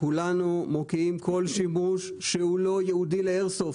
כולנו מוקיעים כל שימוש שהוא לא ייעודי לאיירסופט,